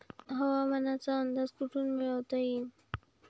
हवामानाचा अंदाज कोठून मिळवता येईन?